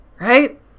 right